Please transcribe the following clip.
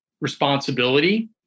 responsibility